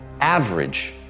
average